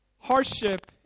hardship